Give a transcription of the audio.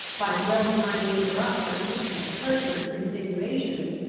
by well-timed interruptions and pertinent insinuations,